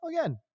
again